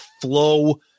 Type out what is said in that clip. flow